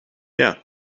yeah